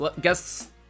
guess